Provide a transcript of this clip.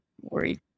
worried